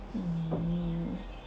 mm